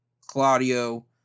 Claudio